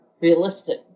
realistic